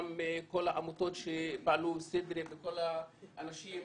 גם כל העמותות שפעלו וכל האנשים,